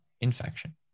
infection